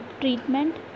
treatment